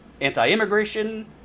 anti-immigration